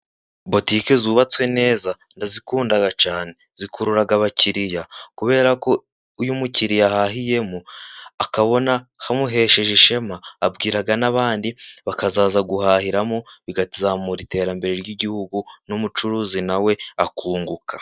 Botike zubatswe neza ndazikunda cyane. Zikurura abakiriya, kubera ko uyu mukiriya ahahiyemo akabona hamuhesheje ishema, abwira n'abandi bakazaza guhahiramo bikazamura iterambere ry'igihugu, n'umucuruzi nawe akunguka.